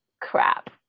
crap